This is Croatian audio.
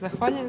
Zahvaljujem.